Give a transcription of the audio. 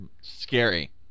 Scary